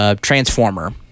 Transformer